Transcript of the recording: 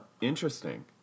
Interesting